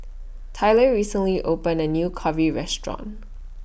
Tylor recently opened A New Curry Restaurant